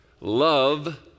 Love